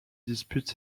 disputent